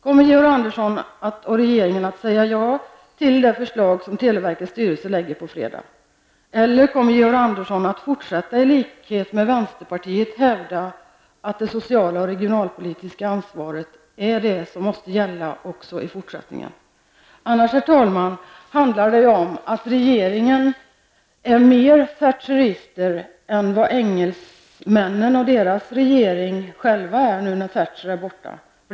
Kommer Georg Andersson och regeringen att säga ja till det förslag som televerkets styrelse kommer att lägga fram på fredag, eller kommer Georg Andersson i likhet med vänsterpartiet att fortsätta att hävda att det sociala och regionalpolitiska ansvaret måste gälla även i fortsättningen? Annars, herr talman, är regeringen mer thatcheristisk än vad engelsmännen och deras regering själva är nu när Thatcher är borta.